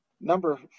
number